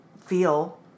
feel